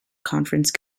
conference